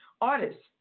artists